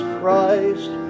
Christ